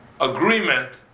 agreement